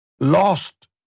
lost